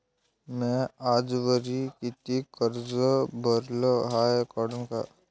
म्या आजवरी कितीक कर्ज भरलं हाय कळन का?